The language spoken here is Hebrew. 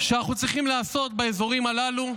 שאנחנו צריכים לעשות באזורים הללו,